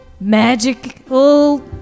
magical